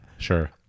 Sure